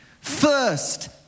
First